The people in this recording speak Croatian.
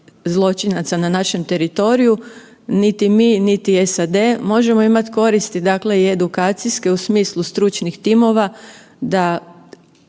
zločinaca na našem teritoriju, niti mi, niti SAD, možemo imat koristi, dakle i edukacijske u smislu stručnih timova da